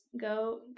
go